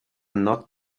not